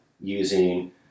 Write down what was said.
using